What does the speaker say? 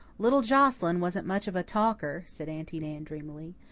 little joscelyn wasn't much of a talker, said aunty nan dreamily.